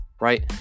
right